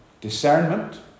discernment